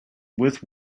with